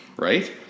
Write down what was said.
Right